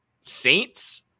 Saints